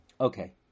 Okay